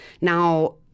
now –